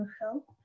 help